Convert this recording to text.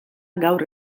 gaur